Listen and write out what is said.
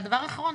הדבר האחרון,